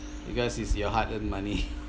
because it's your hard earned money